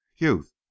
youth